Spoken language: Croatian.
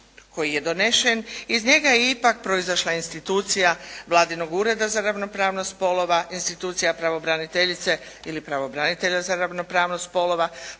iz njega je ipak proizašla institucija vladinog Ureda za ravnopravnost spolova, institucija pravobraniteljice ili pravobranitelja za ravnopravnost spolova.